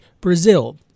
Brazil